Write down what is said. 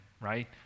right